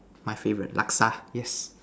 my favourite Laksa yes